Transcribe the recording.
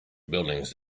buildings